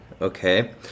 okay